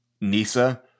Nisa